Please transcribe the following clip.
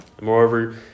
Moreover